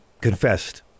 confessed